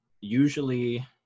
Usually